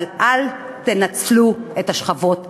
אבל אל תנצלו את השכבות החלשות.